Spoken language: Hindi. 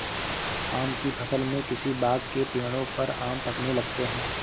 आम की फ़सल में किसी बाग़ के पेड़ों पर आम पकने लगते हैं